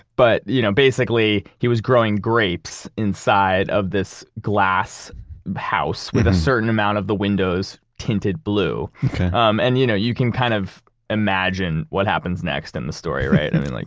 but you know basically, he was growing grapes inside of this glass house, with a certain amount of the windows tinted blue okay um and you know, you can kind of imagine what happens next in the story, right? i mean, like